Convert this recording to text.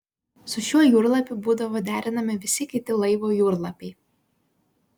su šiuo jūrlapiu būdavo derinami visi kiti laivo jūrlapiai